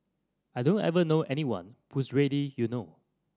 I don't ever know anyone who's ready you know